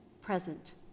present